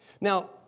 Now